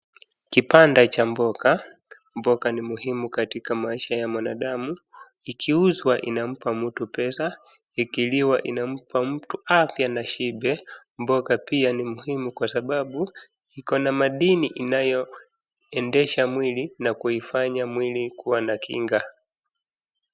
Kibanda cha mboga, mboga ni muhimu katika maisha ya mwanadamu. Ikiuzwa inampa mtu pesa. Ikiliwa inampa mtu afya na shibe. Mboga pia ni muhimu kwa sababu iko madini inayo endesha mwili na kuifanya mwili kuwa na kinga.